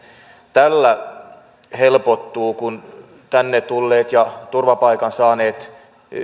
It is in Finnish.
tällä helpottuu kun tänne tulleet ja turvapaikan saaneet